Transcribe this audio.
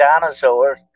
dinosaurs